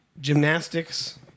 Gymnastics